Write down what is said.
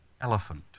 elephant